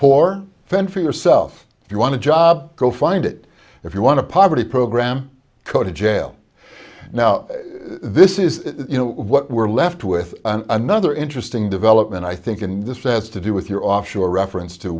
poor fend for yourself if you want to job go find it if you want to poverty program code in jail now this is you know what we're left with another interesting development i think and this has to do with your offshore reference to